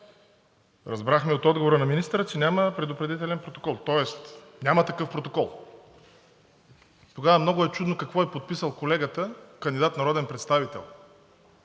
Разбрахме от отговора на министъра, че няма предупредителен протокол, тоест няма такъв протокол. Тогава много е чудно какво е подписал колегата – кандидат за народен представител?